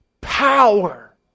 power